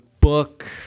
book